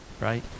right